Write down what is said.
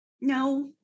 no